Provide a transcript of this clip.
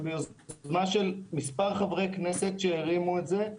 של מספר חברי כנסת שהרימו את זה,